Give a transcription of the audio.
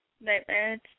Nightmares